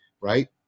right